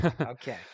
Okay